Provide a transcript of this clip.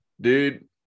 Dude